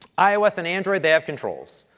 ios and android, they have controls,